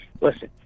Listen